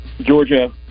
Georgia